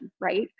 right